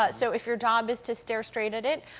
ah so if your job is to stare straight at it.